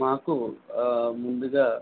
మాకు ముందుగా